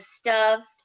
stuffed